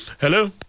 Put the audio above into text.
Hello